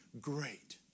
great